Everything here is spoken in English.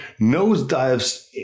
nosedives